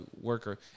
worker